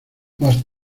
más